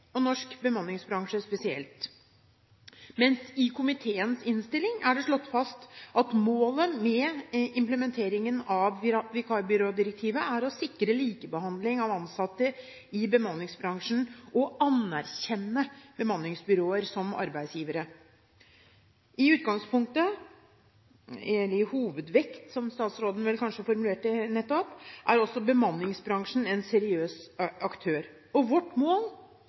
og norsk bemanningsbransje spesielt. Men i komiteens innstilling er det slått fast at målet med implementeringen av vikarbyrådirektivet er å sikre likebehandling av ansatte i bemanningsbransjen og å anerkjenne bemanningsbyråer som arbeidsgivere. I utgangspunktet – eller i hovedvekt, som statsråden vel formulerte det nettopp – er også bemanningsbransjen en seriøs aktør. Vårt mål